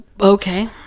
okay